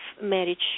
marriage